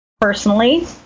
personally